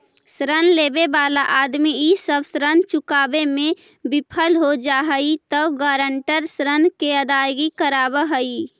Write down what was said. ऋण लेवे वाला आदमी इ सब ऋण चुकावे में विफल हो जा हई त गारंटर ऋण के अदायगी करवावऽ हई